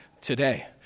today